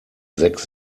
sechs